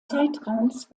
zeitraums